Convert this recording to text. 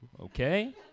okay